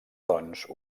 doncs